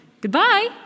Goodbye